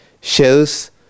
shows